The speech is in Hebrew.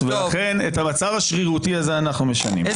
את המצב השרירותי הזה אנחנו משנים.